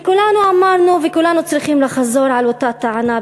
וכולנו אמרנו וכולנו צריכים לחזור על אותה טענה,